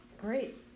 Great